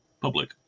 public